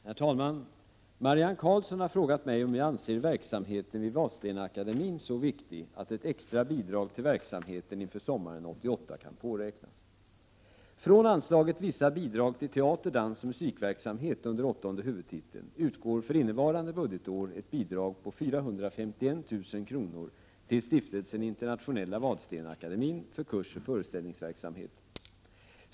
Herr talman! Marianne Karlsson har frågat mig om jag anser verksamheten vid Vadstena-akademien så viktig att ett extra bidrag till verksamheten inför sommaren 1988 kan påräknas.